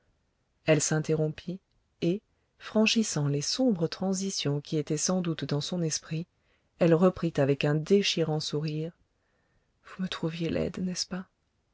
elle s'interrompit et franchissant les sombres transitions qui étaient sans doute dans son esprit elle reprit avec un déchirant sourire vous me trouviez laide n'est-ce pas